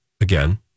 again